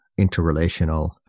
interrelational